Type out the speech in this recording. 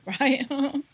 Right